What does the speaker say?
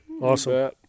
awesome